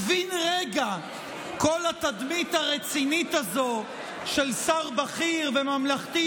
ובן רגע כל התדמית הרצינית הזאת של שר בכיר וממלכתי